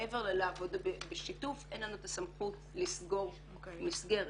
מעבר לעבודה בשיתוף אין לנו את הסמכות לסגור מסגרת,